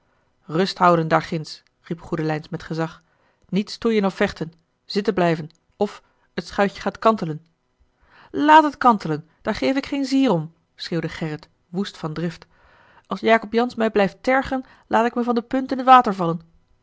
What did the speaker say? rust houden daarginds riep goedelijns met gezag niet stoeien of vechten zitten blijven of het schuitje gaat kantelen laat het kantelen daar geef ik geen zier om schreeuwde gerrit woest van drift als jacob jansz mij blijft tergen laat ik me van de punt in t water